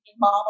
mom